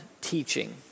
teaching